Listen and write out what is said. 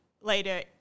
later